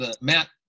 Matt